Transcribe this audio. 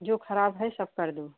जो ख़राब है सब कर दो